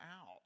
out